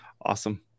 awesome